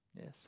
Yes